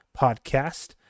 podcast